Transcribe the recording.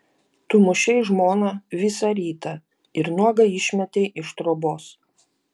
tu mušei žmoną visą rytą ir nuogą išmetei iš trobos